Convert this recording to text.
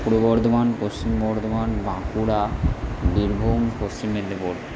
Purba Bardhaman Paschim Bardhaman Bankura Birbhum Paschim Medinipur